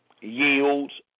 yields